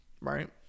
right